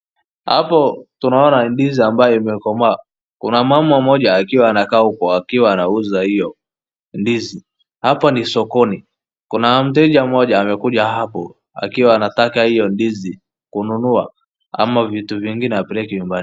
Hapo tunaona ni ndizi ambayo imekomaa. Kuna mama mmoja akiwa anakaa huko akiwa anauza hiyo ndizi. Hapa ni sokoni. Kuna mteja mmoja amekuja hapo akiwa anataka hiyo ndizi kununua ama vitu vingine apeleke nyumbani.